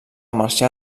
marxar